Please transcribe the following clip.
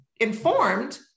informed